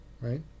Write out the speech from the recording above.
Right